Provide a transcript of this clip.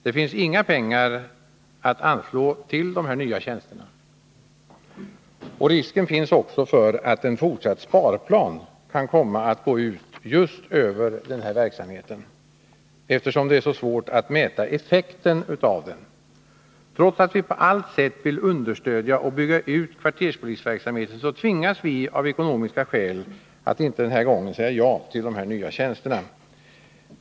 Det finns inga pengar att anslå till nya tjänster, och risken finns också för att en fortsatt sparplan kan komma att gå ut just över den här verksamheten, eftersom det är så svårt att mäta effekten av den. Trots att vi på allt sätt vill understödja och bygga ut kvartersverksamheten, tvingas vi av ekonomiska skäl att inte den här gången säga ja till nya tjänster.